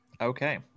Okay